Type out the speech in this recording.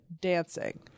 dancing